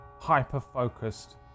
hyper-focused